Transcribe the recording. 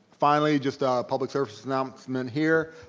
finally, just a public service announcement here,